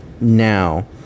now